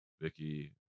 vicky